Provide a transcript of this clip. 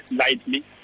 lightly